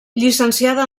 llicenciada